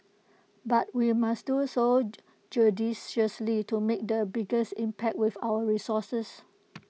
but we must do so judiciously to make the biggest impact with our resources